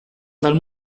dal